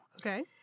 okay